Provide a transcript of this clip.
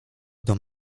dom